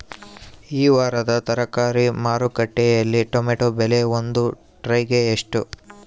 ಈ ವಾರದ ತರಕಾರಿ ಮಾರುಕಟ್ಟೆಯಲ್ಲಿ ಟೊಮೆಟೊ ಬೆಲೆ ಒಂದು ಟ್ರೈ ಗೆ ಎಷ್ಟು?